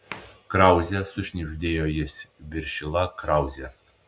krauzė sušnibždėjo jis viršila krauzė